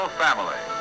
family